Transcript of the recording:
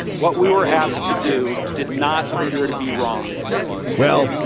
what we were asked to do did not appear to be wrong well,